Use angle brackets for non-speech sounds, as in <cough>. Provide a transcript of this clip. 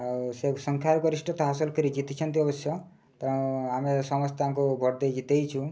ଆଉ ସେ ସଂଖ୍ୟା ଗରିଷ୍ଠତା ହାସଲ କରି ଜିତିଛନ୍ତି ଅବଶ୍ୟ ତେଣୁ ଆମେ ସମସ୍ତେ ତାଙ୍କୁ <unintelligible> ଜିତେଇଛୁ